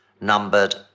numbered